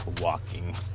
walking